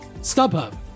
StubHub